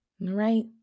right